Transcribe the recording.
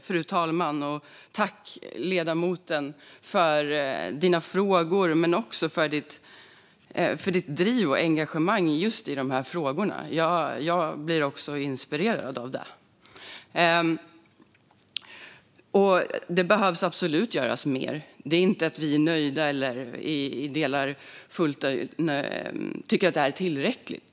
Fru talman! Tack, ledamoten, för frågorna men också för drivet och engagemanget i dessa frågor! Jag blir inspirerad. Det behöver absolut göras mer. Det är inte så att vi är nöjda eller tycker att det här är tillräckligt.